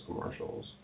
commercials